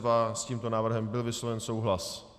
S tímto návrhem byl vysloven souhlas.